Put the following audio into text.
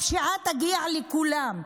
הפשיעה תגיע לכולם.